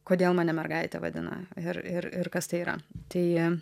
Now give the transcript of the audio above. kodėl mane mergaite vadina ir ir ir kas tai yra tai